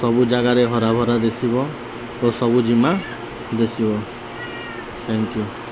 ସବୁ ଜାଗାରେ ହରା ଭରା ଦିଶିବ ଓ ସବୁଜିମା ଦିଶିବ ଥ୍ୟାଙ୍କ ୟୁ